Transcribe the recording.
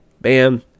Bam